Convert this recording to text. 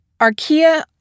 Archaea